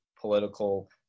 political